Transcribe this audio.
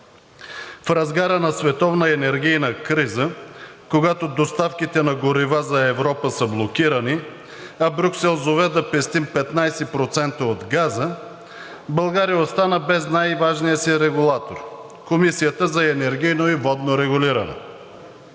В разгара на световна и енергийна криза, когато доставките на горива за Европа са блокирани, а Брюксел зове да пестим 15% от газа, България остана без най-важния си регулатор – Комисията за енергийно и водно регулиране.